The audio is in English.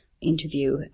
interview